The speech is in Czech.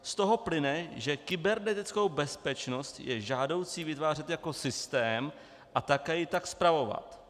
Z toho plyne, že kybernetickou bezpečnost je žádoucí vytvářet jako systém a také ji tak spravovat.